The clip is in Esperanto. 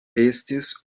estis